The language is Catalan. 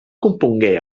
compongué